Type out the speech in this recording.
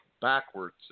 backwards